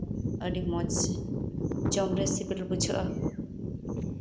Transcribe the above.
ᱟᱹᱰᱤ ᱢᱚᱸᱡ ᱡᱚᱢᱨᱮ ᱥᱤᱵᱤᱞ ᱜᱮ ᱵᱩᱡᱷᱟᱹᱜᱼᱟ